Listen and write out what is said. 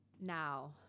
Now